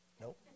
Nope